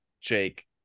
Jake